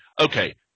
okay